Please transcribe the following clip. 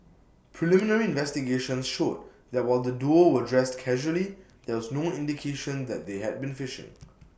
preliminary investigations showed that while the duo were dressed casually there was no indication that they had been fishing